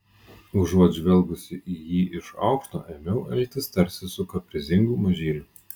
užuot žvelgusi į jį iš aukšto ėmiau elgtis tarsi su kaprizingu mažyliu